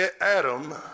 Adam